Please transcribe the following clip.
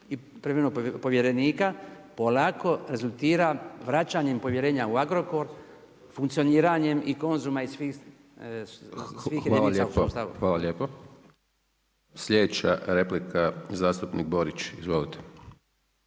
i privremenog povjerenika polako rezultira vraćanjem povjerenja u Agrokor, funkcioniranjem i Konzuma i svih jedinica u sustavu. **Hajdaš Dončić, Siniša (SDP)** Hvala lijepo. Sljedeća replika, zastupnik Borić. Izvolite.